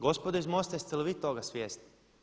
Gospodo iz MOST-a jeste li vi toga svjesni?